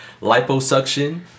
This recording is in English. liposuction